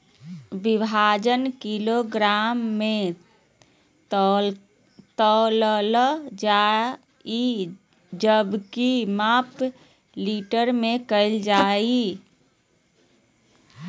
वजन किलोग्राम मे तौलल जा हय जबकि माप लीटर मे करल जा हय